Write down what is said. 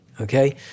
Okay